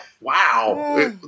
wow